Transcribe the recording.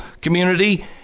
community